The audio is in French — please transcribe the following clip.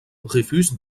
refusent